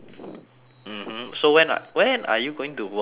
mmhmm so when a~ when are you going to workout ah